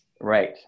right